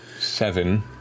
seven